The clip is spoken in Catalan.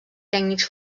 tècnics